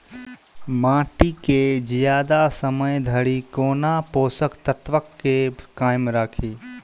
माटि केँ जियादा समय धरि कोना पोसक तत्वक केँ कायम राखि?